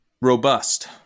Robust